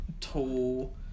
tall